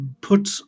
put